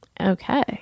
Okay